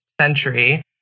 century